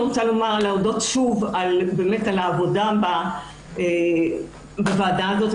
אני רוצה להודות שוב על העבודה בוועדה הזאת.